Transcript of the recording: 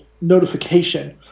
notification